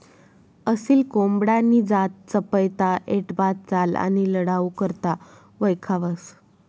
असील कोंबडानी जात चपयता, ऐटबाज चाल आणि लढाऊ करता वयखावंस